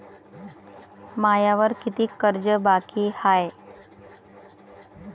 मायावर कितीक कर्ज बाकी हाय?